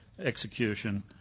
execution